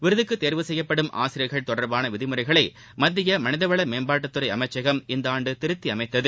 விருதுக்கு தேர்வு செய்யப்படும் ஆசிரியர்கள் தொடர்பான விதிமறைகளை மத்திய மனிதவள மேம்பாட்டுத்துறை அமைச்சகம் இந்த ஆண்டு திருத்தி அமைத்தது